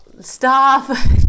stop